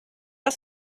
das